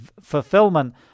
fulfillment